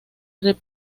que